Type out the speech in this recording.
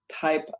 type